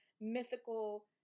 mythical